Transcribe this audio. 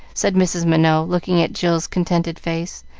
said mrs. minot, looking at jill's contented face,